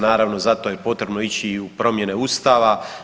Naravno za to je potrebno ići i u promjene Ustava.